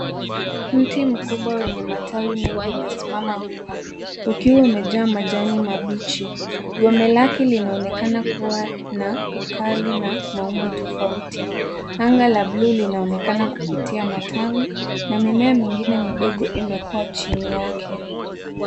Mti mkubwa wenye matawi mengi umesimama wima ukiwa, umejaa majani mabichi. Vumi lake linaonekana kua na ukali na maumbo tofauti. Anga la blue linaonekana kupitia matawi na mimea mingine midogo imekuwa chini yake.